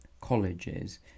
colleges